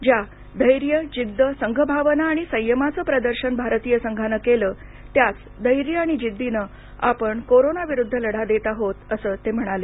ज्या धैर्य जिद्द संघभावना आणि संयमाचं प्रदर्शन भारतीय संघानं केलं त्याच धैर्य आणि जिद्दीनं आपण कोरोना विरुद्ध लढा देत आहोत असं ते म्हणाले